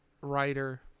writer